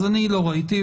אז אני לא ראיתי.